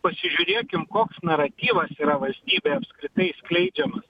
pasižiūrėkim koks naratyvas yra valstybėj apskritai skleidžiamas